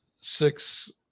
six